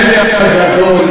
הפלא הגדול,